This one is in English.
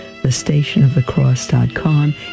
thestationofthecross.com